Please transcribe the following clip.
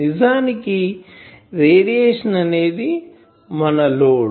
నిజానికి రేడియేషన్ అనేది మన లోడ్